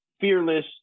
fearless